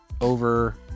over